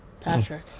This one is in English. Patrick